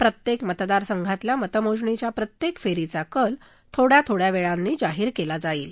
प्रत्येक मतदार संघातल्या मतमोजणीच्या प्रत्येक फेरीचा कल थोड्या थोड्या वेळानी जाहीर केला जाईल